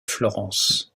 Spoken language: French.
florence